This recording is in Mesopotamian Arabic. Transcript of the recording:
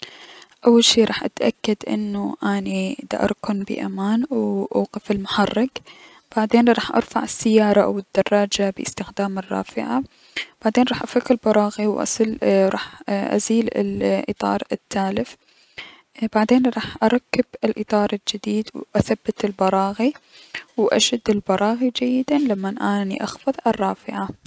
اول شي راح اتأكد انو اني د اركن بأمان و اوقف المحرك، و بعدين راح ارفع السيارة او الدراجة بأستخدام الرافعة، و بعدين راح افك البراغي و اسل- ازيل الأطار التالف، اي - بعدين راح اركب الأطار الجديد و اثبت البراغي، و اشد البراغي جيدا لمن اخفض الرافعة.